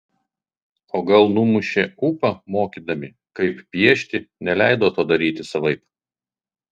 o gal numušė ūpą mokydami kaip piešti neleido to daryti savaip